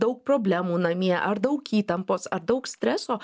daug problemų namie ar daug įtampos ar daug streso